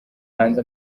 hanze